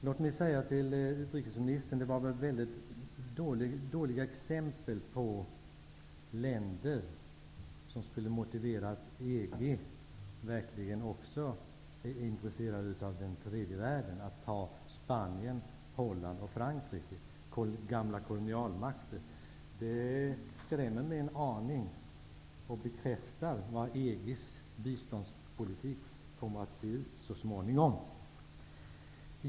Låt mig säga till utrikesministern att det var väldigt dåliga exempel på länder som skulle visa att EG verkligen är intresserat av den tredje världen -- Spanien, Holland och Frankrike, alla gamla kolonialmakter. Det skrämmer mig en aning och bekräftar hur EG:s biståndspolitik så småningom kommer att se ut.